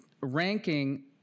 ranking